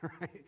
right